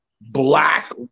black